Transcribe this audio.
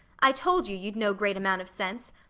i told you, you'd no great amount of sense.